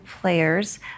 players